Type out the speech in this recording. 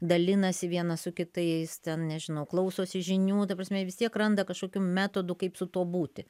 dalinasi vienas su kitais ten nežinau klausosi žinių ta prasme vis tiek randa kažkokių metodų kaip su tuo būti